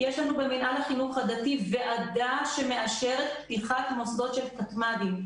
יש לנו במינהל החינוך הדתי ועדה שמאשרת פתיחת מוסדות של תתמ"דים.